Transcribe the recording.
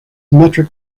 metric